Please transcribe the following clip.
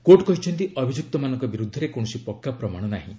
court କହିଛନ୍ତି ଅଭିଯୁକ୍ତମାନଙ୍କ ବିରୁଦ୍ଧରେ କୌଣସି ପକ୍କା ପ୍ରମାଣ ନାହିଁ